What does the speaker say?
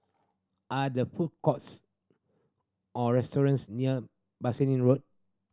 are there food courts or restaurants near Bassein Road